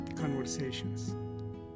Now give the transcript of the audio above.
conversations